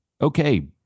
Okay